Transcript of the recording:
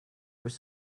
was